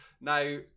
Now